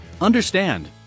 Understand